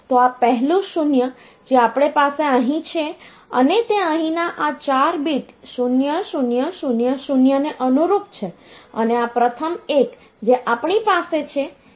તો આ પહેલું 0 જે આપણી પાસે અહીં છે અને તે અહીંના આ 4 બીટ 0000 ને અનુરૂપ છે અને આ પ્રથમ 1 જે આપણી પાસે છે